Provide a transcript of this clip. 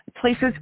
places